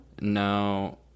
no